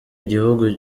igihugu